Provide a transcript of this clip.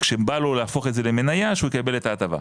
כשבא לו להפוך את זה למניה שהוא יקבל את ההטבה,